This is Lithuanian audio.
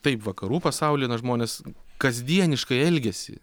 taip vakarų pasauly na žmonės kasdieniškai elgiasi